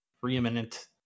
preeminent